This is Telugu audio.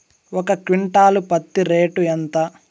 ఒక క్వింటాలు పత్తి రేటు ఎంత?